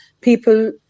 People